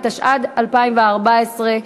התשע"ד 2014,